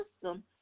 system